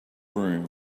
room